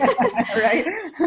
right